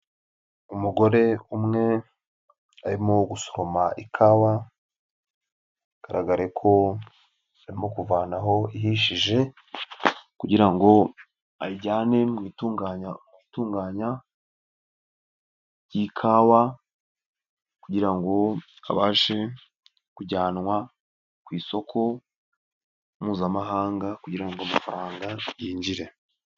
Umugore umwe arimo gusoroma ikawa, bigaragare ko arimo kuvanaho ihishije kugira ngo ajyane mu gutunganya iyi kawa kugira ngo abashe kujyanwa ku isoko mpuzamahanga kugira ngo amafaranga yinjire.